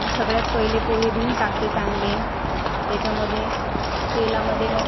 सगळ्यात पहिले पोहे धुवून टाकते चांगले त्याच्यामध्ये तेलामध्ये मग